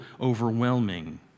overwhelming